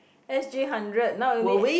S_G hundred now only